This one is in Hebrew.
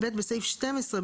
בסעיף 12,